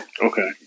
Okay